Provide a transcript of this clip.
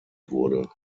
wurde